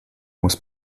muss